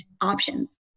options